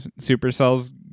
supercell's